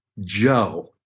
Joe